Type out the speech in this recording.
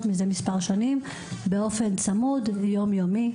מזה מספר שנים באופן לגמרי צמוד ויום יומי.